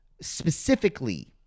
specifically